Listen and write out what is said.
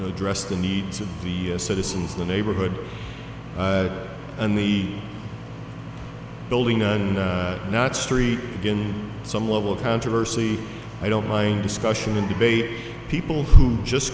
address the needs of the citizens the neighborhood and the building and not street again some level of controversy i don't mind discussion and debate people who just